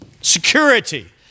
Security